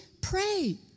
pray